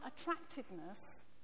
attractiveness